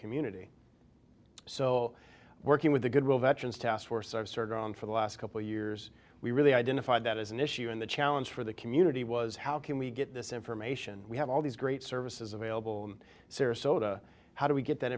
community so working with the goodwill veterans task force are certain for the last couple of years we really identified that as an issue in the challenge for the community was how can we get this information we have all these great services available sarasota how do we get that